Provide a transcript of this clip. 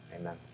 Amen